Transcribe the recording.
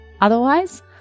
Otherwise